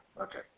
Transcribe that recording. Okay